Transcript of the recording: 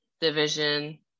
division